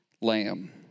lamb